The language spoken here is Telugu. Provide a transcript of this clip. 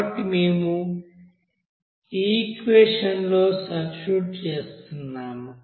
కాబట్టి మేము ఈ ఈక్వెషన్లో సబ్స్టిట్యూట్ చేస్తున్నాము